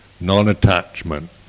non-attachment